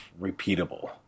repeatable